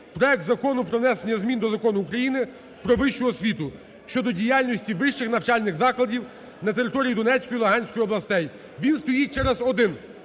проект Закону про внесення змін до Закону України "Про вищу освіту" щодо діяльності вищих навчальних закладів на території Донецької та Луганської областей. Він стоїть через один